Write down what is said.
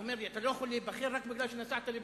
הוא אומר לי: אתה לא יכול להיבחר רק כי נסעת לביירות?